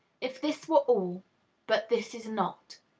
if this were all but this is not.